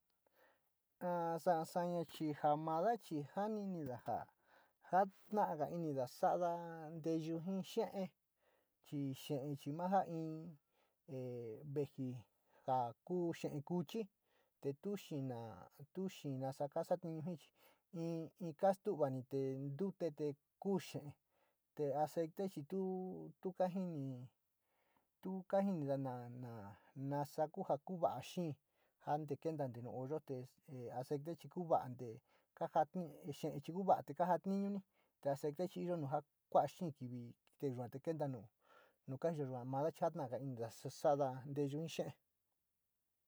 A sa´a saña ja mada chi janinida ja ja´ataga inida sa´ada nteyu ji xe´e chi xe´e chi mada in a veeji ja kuu xee kuchi tetu kuu xee te oxeete chi tuo kajini, in kajonada ina nasa kuu wala kee janta kentate nu oyo te oxeete chi oja yuka te kajata xee chi kuu verii kaja tinuji oxeete chi iyo ja kua´a xee kivi te yua te kento nu yo mada chi jataga inida te sada nteyu xee.